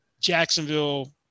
Jacksonville